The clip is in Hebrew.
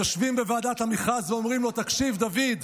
יושבים בוועדת המכרז ואומרים לו: תקשיב, דוד,